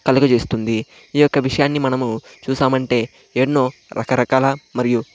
కలుగచేస్తుంది ఈ యొక్క విషయాన్ని మనము చూసామంటే ఎన్నో రకరకాల మరియు